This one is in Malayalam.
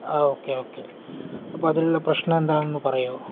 ആ ഓക്കെ ഓക്കെ അപ്പം അതിലുള്ള പ്രശ്നം എന്താണെന്ന് പറയുമോ